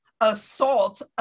assault